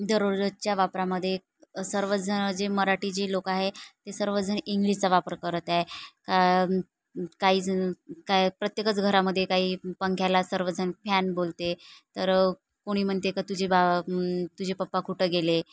दररोजच्या वापरामध्ये सर्वजणं जे मराठी जे लोक आहे ते सर्वजण इंग्लिशचा वापर करत आहे का काहीजण काय प्रत्येकच घरामध्ये काही पंख्याला सर्वजण फॅन बोलते तर कोणी म्हणते का तुझे बा तुझे पप्पा कुठं गेले